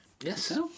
Yes